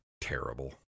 terrible